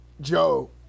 Joe